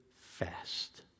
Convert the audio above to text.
fast